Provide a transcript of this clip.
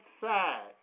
side